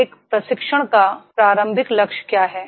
तो एक प्रशिक्षण का प्राथमिक लक्ष्य क्या है